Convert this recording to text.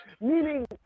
Meaning